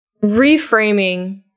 Reframing